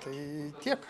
tai tiek